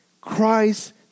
Christ